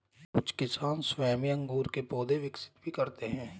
कुछ किसान स्वयं ही अंगूर के पौधे विकसित भी करते हैं